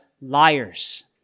liars